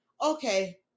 Okay